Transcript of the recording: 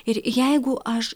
ir jeigu aš